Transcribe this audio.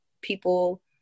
people